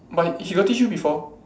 but he got teach you before